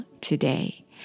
today